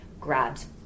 grabs